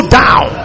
down